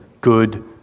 good